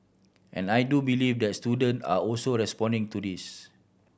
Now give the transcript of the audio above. and I do believe the student are also responding to this